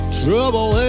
trouble